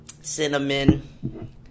Cinnamon